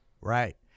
right